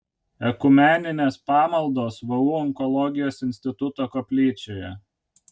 ekumeninės pamaldos vu onkologijos instituto koplyčioje